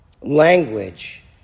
language